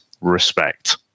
respect